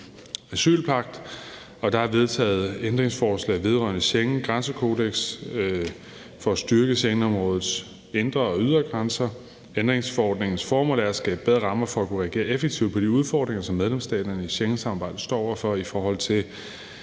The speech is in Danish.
asylpagt, og der er vedtaget ændringsforslag vedrørende Schengengrænsekodeksen for at styrke Schengenområdets indre og ydre grænser. Ændringsforordningens formål er at skabe bedre rammer for at kunne reagere effektivt på de udfordringer, som medlemsstaterne i Schengensamarbejdet står over for i forhold til